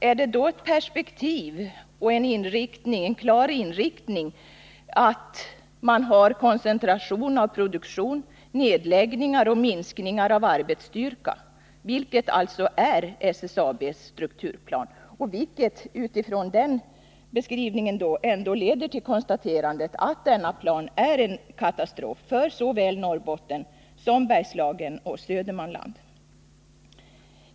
Är det då perspektiv och en klar inriktning att man har en koncentration av produktionen, nedläggningar och minskningar av arbetsstyrka, som alltså SSAB:s strukturplan innebär? Den beskrivningen leder ändå till konstaterandet att denna plan är en katastrof för såväl Norrbotten som Bergslagen och Södermanland.